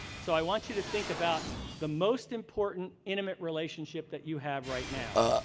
so i want you to think about the most important intimate relationship that you have right now.